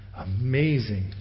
amazing